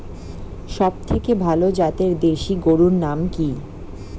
সবথেকে ভালো জাতের দেশি গরুর নাম কি?